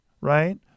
right